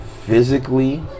physically